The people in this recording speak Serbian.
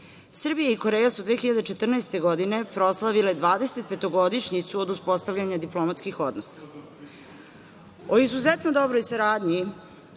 i Koreja su 2014. godine proslavile 25 godina od uspostavljanja diplomatskih odnosa.